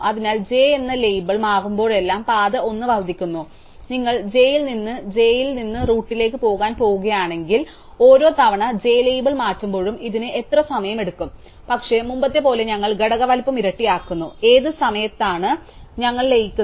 അതിനാൽ j എന്ന label മാറുമ്പോഴെല്ലാം പാത 1 വർദ്ധിക്കുന്നു നിങ്ങൾ j ൽ നിന്ന് j ൽ നിന്ന് റൂട്ടിലേക്ക് പോകാൻ പോകുകയാണെങ്കിൽ ഓരോ തവണ j ലേബൽ മാറ്റുമ്പോഴും ഇതിന് എത്ര സമയം എടുക്കും പക്ഷേ മുമ്പത്തെപ്പോലെ ഞങ്ങൾ ഘടക വലുപ്പം ഇരട്ടിയാക്കുന്നു ഏത് സമയത്താണ് ഞങ്ങൾ ലയിക്കുന്നത്